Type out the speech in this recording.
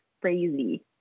crazy